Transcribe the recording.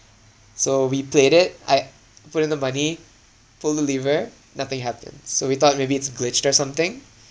so we played it I put in the money pull the lever nothing happens so we thought maybe it's glitch or something